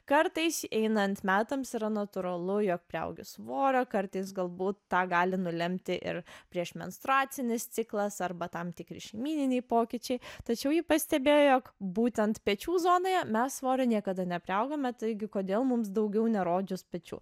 kartais einant metams yra natūralu jog priaugi svorio kartais galbūt tą gali nulemti ir priešmenstruacinis ciklas arba tam tikri šeimyniniai pokyčiai tačiau ji pastebėjo jog būtent pečių zonoje mes svorio niekada nepriaugame taigi kodėl mums daugiau nerodžius pečių